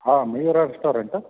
ಹಾಂ ಮಯೂರ ರೆಸ್ಟೊರೆಂಟ